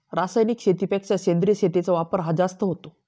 रासायनिक शेतीपेक्षा सेंद्रिय शेतीचा वापर हा जास्त होतो